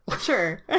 Sure